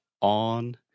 on